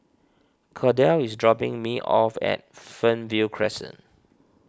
Kordell is dropping me off at Fernvale Crescent